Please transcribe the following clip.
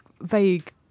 vague